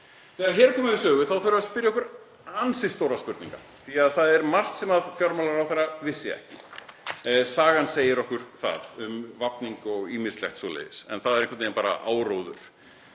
Þegar hér er komið sögu þurfum við að spyrja okkur ansi stórra spurninga því að það er margt sem fjármálaráðherra vissi ekki. Sagan segir okkur það um Vafning og ýmislegt svoleiðis, en það er einhvern veginn bara áróður.